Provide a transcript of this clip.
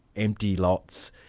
empty lots.